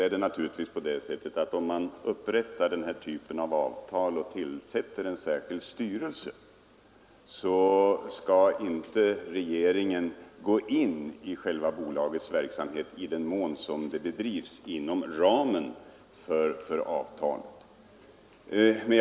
Herr talman! Om man upprättar denna typ av avtal och tillsätter en särskild styrelse skall givetvis regeringen inte gå in i bolagets verksamhet, om denna bedrivs inom ramen för avtalet.